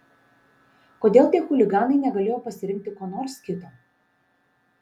kodėl tie chuliganai negalėjo pasirinkti ko nors kito